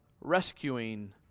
rescuing